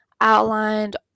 outlined